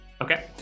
okay